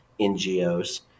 NGOs